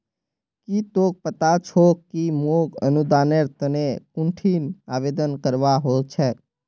की तोक पता छोक कि मोक अनुदानेर तने कुंठिन आवेदन करवा हो छेक